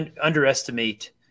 underestimate